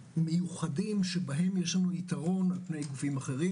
מיוחדים שבהם יש לנו יתרון על פני גופים אחרים.